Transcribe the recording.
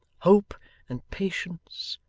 hope and patience,